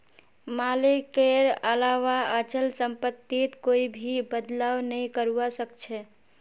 मालिकेर अलावा अचल सम्पत्तित कोई भी बदलाव नइ करवा सख छ